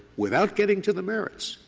without getting to the merits,